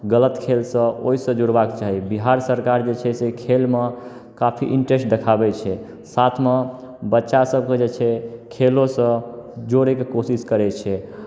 गलत खेलसँ ओहिसँ जुड़बाक चाही बिहार सरकार जे छै से खेलमे काफी इंट्रेस्ट देखाबै छै साथमे बच्चासभकेँ जे छै खेलोसँ जोड़यके कोशिश करै छै